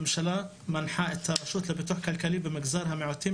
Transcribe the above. הממשלה מנחה את הרשות לפיתוח כלכלי במגזר המיעוטים